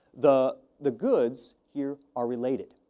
the the goods here are related.